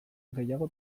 gehiago